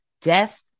death